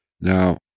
Now